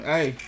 Hey